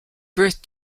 birth